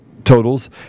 totals